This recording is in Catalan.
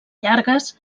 llargues